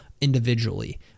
individually